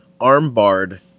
arm-barred